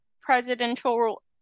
presidential